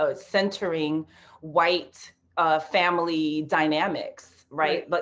ah centering white family dynamics, right. but